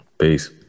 Peace